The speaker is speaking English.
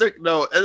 No